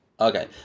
Okay